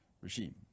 regime